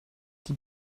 die